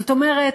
זאת אומרת,